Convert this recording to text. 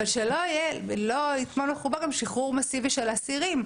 אבל שלא יטמון בחובו גם שחרור מאסיבי של אסירים.